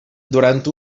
durant